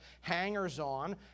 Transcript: hangers-on